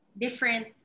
different